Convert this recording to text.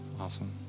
Awesome